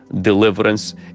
deliverance